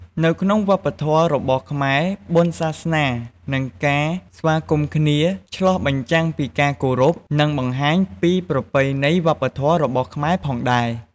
នៅក្នុងវប្បធម៌របស់ខ្មែរបុណ្យសាសនានិងការស្វាគមន៍គ្នា ឆ្លុះបញ្ចាំងពីការគោរព និងបង្ហាញពីប្រពៃណីវប្បធម៌របស់ខ្មែរផងដែរ។